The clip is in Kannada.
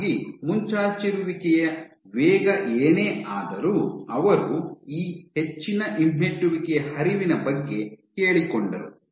ಹೀಗಾಗಿ ಮುಂಚಾಚಿರುವಿಕೆಯ ವೇಗ ಏನೇ ಆದರೂ ಅವರು ಈ ಹೆಚ್ಚಿನ ಹಿಮ್ಮೆಟ್ಟುವಿಕೆಯ ಹರಿವಿನ ಬಗ್ಗೆ ಕೇಳಿಕೊಂಡರು